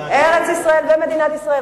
ארץ-ישראל או מדינת ישראל.